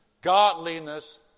godliness